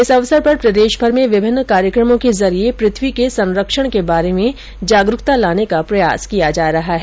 इस अवसर पर प्रदेशभर में विभिन्न कार्यक्रमों के जरिये पृथ्वी के संरक्षण के बारे में जागरूकता लाने का प्रयास किया जा रहा है